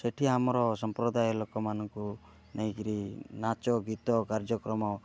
ସେଠି ଆମର ସମ୍ପ୍ରଦାୟ ଲୋକମାନଙ୍କୁ ନେଇକି ନାଚ ଗୀତ କାର୍ଯ୍ୟକ୍ରମ